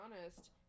honest